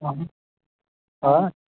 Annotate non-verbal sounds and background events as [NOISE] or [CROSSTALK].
[UNINTELLIGIBLE] آ